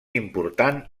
important